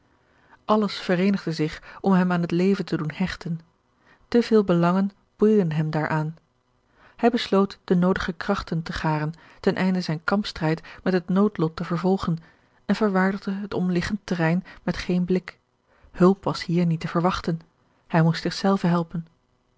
alles vereenigde zich om hem aan het leven te doen hechten te veel belangen boeiden hem daaraan hij besloot de noodige krach ten te garen ten einde zijn kampstrijd met het noodlot te vervolgen en verwaardigde het omliggend terrein met geen blik hulp was hier niet te verwachten hij moest zich zelven helpen